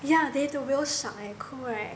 yeah they have the whale shark cool right